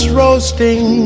roasting